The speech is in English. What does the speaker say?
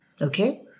Okay